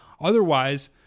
otherwise